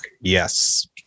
yes